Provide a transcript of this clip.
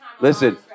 Listen